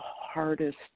hardest